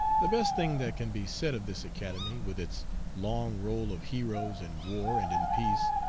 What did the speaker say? the best thing that can be said of this academy, with its long roll of heroes in war and in peace,